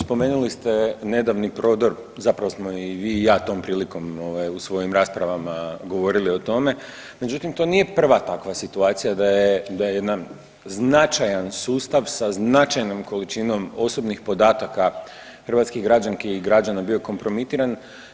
Spomenuli ste nedavni prodor, zapravo smo i vi i ja tom prilikom u svojim raspravama govorili o tome, međutim to nije prva takva situacija da je jedan značajan sustav sa značajnom količinom osobnih podataka hrvatskih građanki i građana bio kompromitiran.